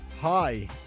Hi